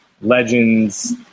Legends